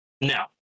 Now